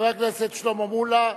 חבר הכנסת שלמה מולה,